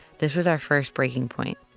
this was our first breaking point.